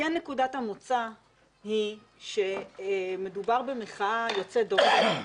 כן נקודת המוצא היא שמדובר במחאה יוצאת דופן,